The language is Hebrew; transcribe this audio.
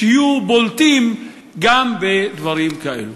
שיהיו בולטים גם בדברים כאלה.